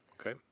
Okay